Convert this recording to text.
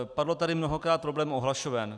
Padl tady mnohokrát problém ohlašoven.